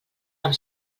amb